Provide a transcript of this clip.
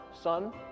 son